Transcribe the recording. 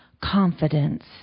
confidence